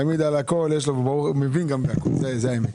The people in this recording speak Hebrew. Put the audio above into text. תמיד על הכל יש לו והוא מבין גם בכל, זה העניין.